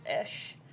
ish